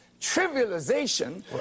trivialization